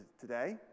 today